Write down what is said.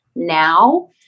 now